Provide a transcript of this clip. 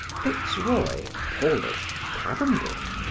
fitzroy, paulet, cavendish,